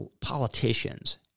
politicians